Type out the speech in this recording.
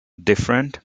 different